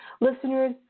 Listeners